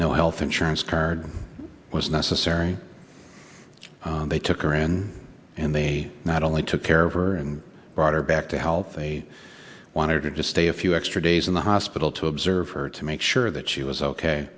no health insurance card was necessary they took her in and they not only took care of her and brought her back to health they wanted to stay a few extra days in the hospital to observe her to make sure or that she was ok